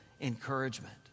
encouragement